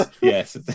Yes